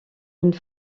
une